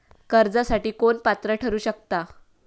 कर्जासाठी कोण पात्र ठरु शकता?